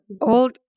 old